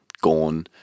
gone